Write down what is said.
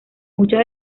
muchos